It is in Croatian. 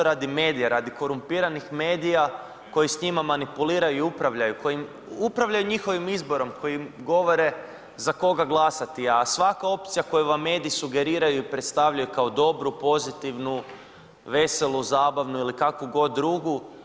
Radi medija, radi korumpiranih medija koji s njima manipulira i upravlja, koji upravlja njihovim izborom koji im govore za koga glasati, a svaka opcija koju vam mediji sugeriraju predstavljaju kao dobru, pozitivnu, veselu, zabavnu ili kakvu god drugu.